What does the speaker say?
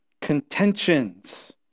contentions